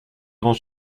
grand